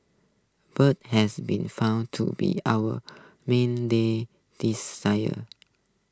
birds has been found to be our day